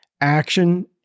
action